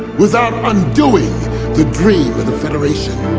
without undoing the dream of the federation.